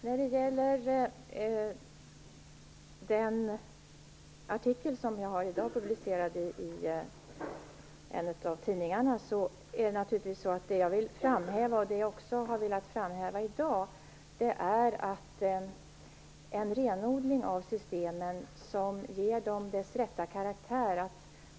Herr talman! I den artikel som jag i dag har publicerad i en tidning vill jag naturligtvis framhäva, liksom jag har gjort här i dag, att en renodling av systemen skall ge dem deras rätta karaktär.